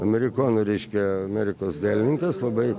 amerikonų reiškia amerikos dailininkas labai